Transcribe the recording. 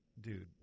dude